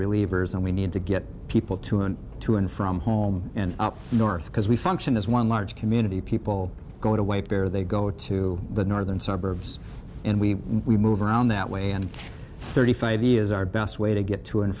relievers and we need to get people to and to and from home and up north because we function as one large community people are going to wait there they go to the northern suburbs and we move around that way and thirty five years our best way to get to and